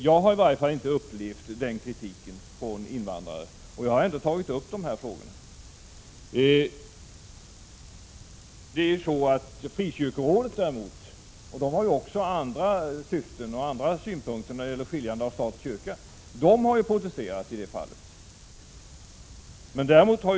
Jag har i varje fall inte upplevt den kritiken från invandrare, och jag har ändå tagit upp de här frågorna. Frikyrkorådet däremot, som ju också har andra syften och synpunkter när det gäller att skilja stat och kyrka, har protesterat i detta sammanhang.